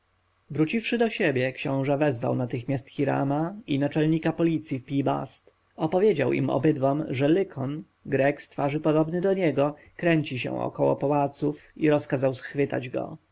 wróciwszy do siebie książę wezwał natychmiast hirama i naczelnika policji w pi-bast opowiedział im obydwom że lykon grek z twarzy podobny do niego kręci się około pałaców i rozkazał schwytać go